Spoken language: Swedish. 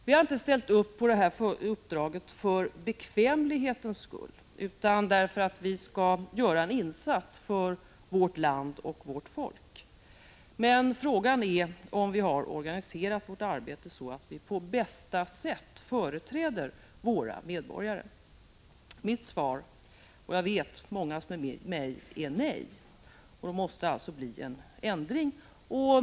Vi har inte ställt upp på det här uppdraget för bekvämlighets skull utan därför att vi skall göra en insats för vårt land och vårt folk. Men frågan är om vi har organiserat vårt arbete så att vi på bästa sätt företräder våra medborgare. Jag vet att det är många med mig som ger svaret nej.